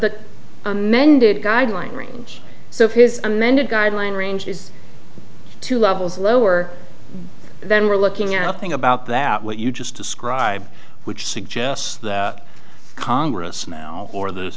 amended guideline range so his amended guideline range is two levels lower then we're looking at a thing about that what you just described which suggests that congress or the